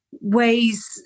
ways